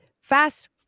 fast